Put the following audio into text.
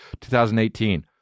2018